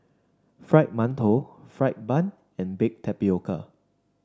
Fried Mantou fried bun and Baked Tapioca